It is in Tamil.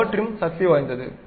பவர் டிரிம் சக்தி வாய்ந்தது